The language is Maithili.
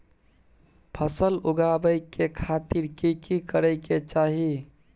फसल उगाबै के खातिर की की करै के चाही?